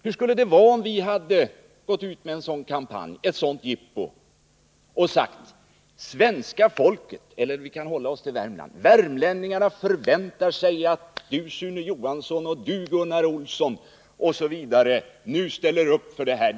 Hur skulle det ha varit om vi hade gått ut med en sådan kampanj, ett sådan jippo, och sagt: Svenska folket eller — vi kan hålla oss till Värmland — värmlänningarna förväntar sig att du Sune Johansson och du Gunnar Olsson osv. nu ställer upp för detta?